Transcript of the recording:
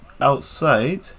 outside